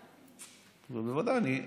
ובוודאי,